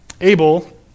Abel